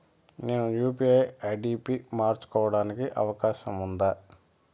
నేను UPI ID పి మార్చుకోవడానికి అవకాశం ఉందా?